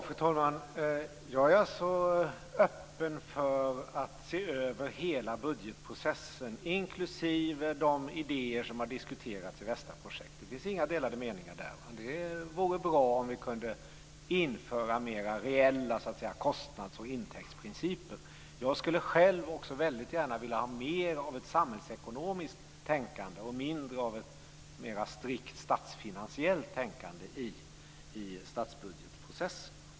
Fru talman! Jag är öppen för att se över hela budgetprocessen, inklusive de idéer som har diskuterats i VESTA-projektet. Det finns inga delade meningar där. Det vore bra om vi kunde införa mer reella kostnads och intäktsprinciper. Jag skulle själv väldigt gärna vilja ha mer av ett samhällsekonomiskt tänkande och mindre av ett mer strikt statsfinansiellt tänkande i statsbudgetprocessen.